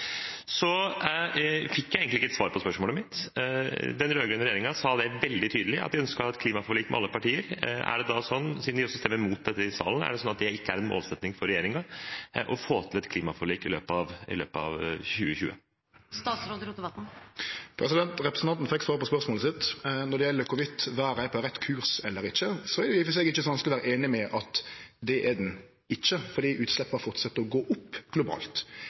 Jeg fikk egentlig ikke svar på spørsmålet mitt. Den rød-grønne regjeringen sa veldig tydelig at de ønsket et klimaforlik med alle partier. Er det da slik, siden de ønsker å stemme imot dette i salen, at det ikke er en målsetting for regjeringen å få til et klimaforlik i løpet av 2020? Representanten fekk svar på spørsmålet sitt. Når det gjeld om verda er på rett kurs eller ikkje, er det i og for seg ikkje så vanskeleg å vere einig i at det er ho ikkje, for utsleppa fortset med å gå opp globalt.